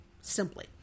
simply